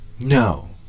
No